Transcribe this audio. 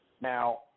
Now